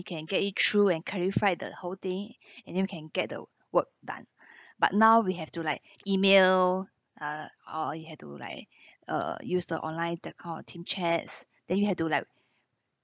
we can get it through and clarified the whole thing and you can get the work done but now we have to like email uh ah you had to like uh use the online that kind of team chats then you had to like